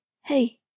hey